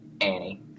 Annie